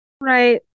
Right